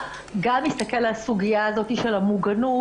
גם יסתכל על הסוגיה הזאת של המוגנות.